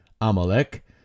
Amalek